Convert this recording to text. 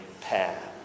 path